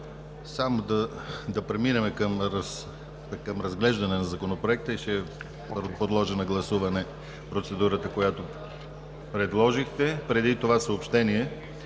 Нека да преминем към разглеждане на Законопроекта и ще подложа на гласуване процедурата, която предложихте. Преди това съобщение: